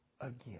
again